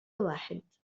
واحد